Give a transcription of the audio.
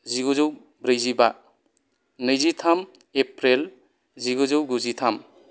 जिगुजौ ब्रैजिबा नैजिथाम एप्रिल जिगुजौ गुजिथाम